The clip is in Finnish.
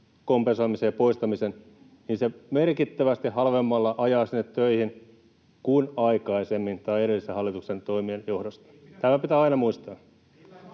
kompensoimisen ja poistamisen, hän merkittävästi halvemmalla ajaa sinne töihin kuin aikaisemmin tai edellisen hallituksen toimien johdosta. Tämä pitää aina muistaa.